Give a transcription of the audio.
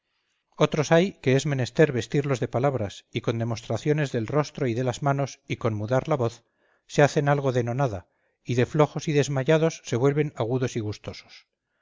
otros hay que es menester vestirlos de palabras y con demostraciones del rostro y de las manos y con mudar la voz se hacen algo de nonada y de flojos y desmayados se vuelven agudos y gustosos